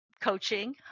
coaching